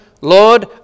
Lord